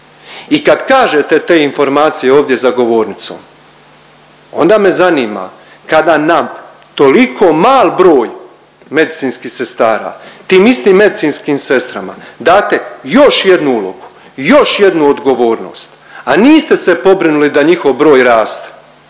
I kad kažete te informacije ovdje za govornicom onda me zanima kada nam toliko mal broj medicinskih sestara tim istim medicinskim sestrama date još jednu ulogu, još jednu odgovornost, a niste se pobrinuli da njihov broj raste